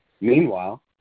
Meanwhile